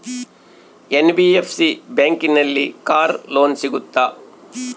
NBFC ಬ್ಯಾಂಕಿನಲ್ಲಿ car loan ಸಿಗುತ್ತಾ?